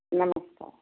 नमस्कार